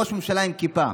ראש ממשלה עם כיפה.